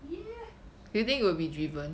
yeah